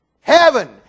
heaven